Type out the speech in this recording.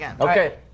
Okay